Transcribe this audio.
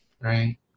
Right